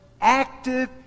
active